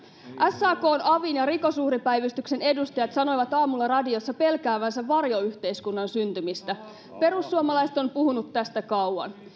sakn avin ja rikosuhripäivystyksen edustajat sanoivat aamulla radiossa pelkäävänsä varjoyhteiskunnan syntymistä perussuomalaiset ovat puhuneet tästä kauan